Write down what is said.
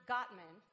Gottman